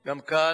גם כאן